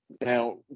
Now